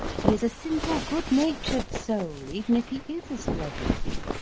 he is a simple, good-natured soul, even if he is a celebrity.